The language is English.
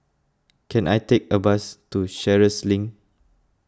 can I take a bus to Sheares Link